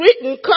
written